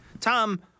Tom